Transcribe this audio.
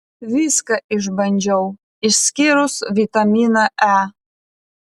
viską išbandžiau išskyrus vitaminą e